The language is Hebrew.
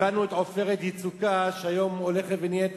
קיבלנו את "עופרת יצוקה" שהיום הולכת ונהיית